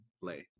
play